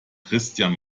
christian